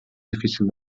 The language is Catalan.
difícil